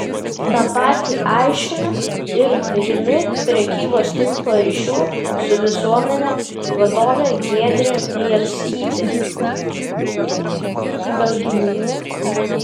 tą patį aiškina ir rimi prekybos tinklo ryšių su visuomene vadovė giedrė bielskytė